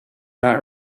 not